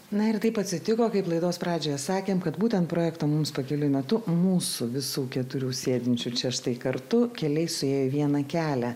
na ir taip atsitiko kaip laidos pradžioje sakėm kad būtent projekto mums pakeliui metu mūsų visų keturių sėdinčių čia štai kartu keliai suėjo į vieną kelią